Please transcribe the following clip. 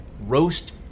roast